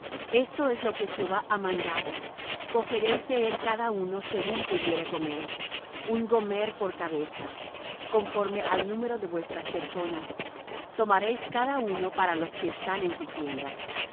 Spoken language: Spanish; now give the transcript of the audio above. esto es lo que jehová ha mandado cogereis de él cada uno según pudiere comer un gomer por cabeza conforme al número de vuestras personas tomaréis cada uno para los que están en su tienda